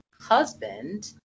husband